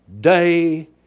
day